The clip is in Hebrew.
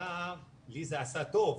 לי זה עשה טוב,